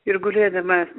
ir gulėdama